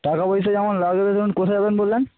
টাকা পয়সা যেমন লাগবে কোথায় যাবেন বললেন